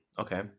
Okay